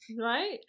Right